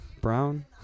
Brown